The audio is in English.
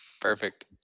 Perfect